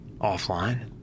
Offline